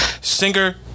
Singer